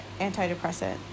antidepressant